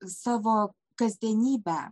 savo kasdienybę